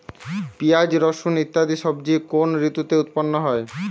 পিঁয়াজ রসুন ইত্যাদি সবজি কোন ঋতুতে উৎপন্ন হয়?